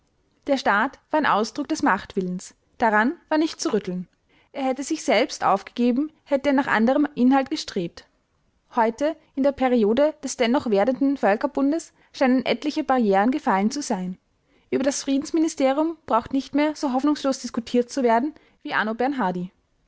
der staat war ein ausdruck des machtwillens daran war nicht zu rütteln er hätte sich selbst aufgegeben hätte er nach anderem inhalt gestrebt heute in der periode des dennoch werdenden völkerbundes scheinen etliche barrieren gefallen zu sein über das friedensministerium braucht nicht mehr so hoffnungslos diskutiert zu werden wie anno bernhardy